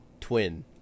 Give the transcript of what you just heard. twin